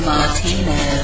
Martino